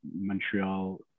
Montreal